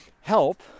help